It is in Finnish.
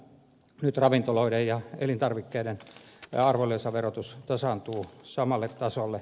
nyt ravintoloiden ja elintarvikkeiden arvonlisäverotus tasaantuu samalle tasolle